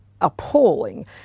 appalling